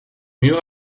mûre